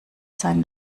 seinen